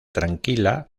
tranquila